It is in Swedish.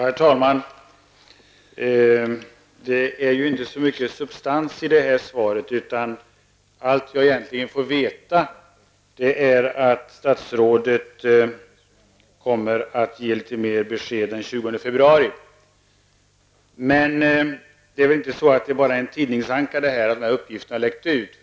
Herr talman! Det finns inte så mycket substans i svaret. Allt jag egentligen får veta är att statsrådet kommer att ge litet mera besked den 20 februari. Det är väl ändå inte enbart en tidningsanka att dessa uppgifter har läckt ut.